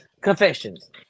confessions